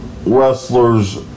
Wrestlers